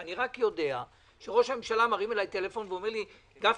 אני רק יודע שראש הממשלה מתקשר אליי ואומר לי: גפני,